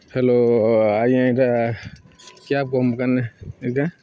hello ଆଜ୍ଞା ଇଟା cab company କେଁ